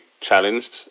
challenged